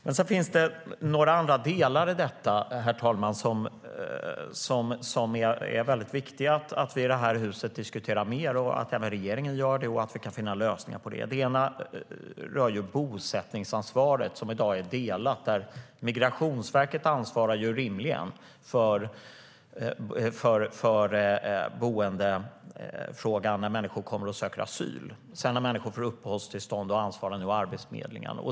Men sedan finns det några andra delar i detta som det är väldigt viktigt att vi i det här huset diskuterar mer, att även regeringen diskuterar och att vi kan finna lösningar på. Det ena rör bosättningsansvaret, som i dag är delat. Migrationsverket ansvarar rimligen för boendefrågan när människor kommer och söker asyl. När de sedan får uppehållstillstånd ansvarar nog Arbetsförmedlingen.